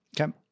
Okay